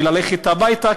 וללכת הביתה,